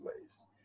ways